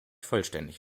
vollständig